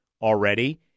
already